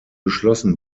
geschlossen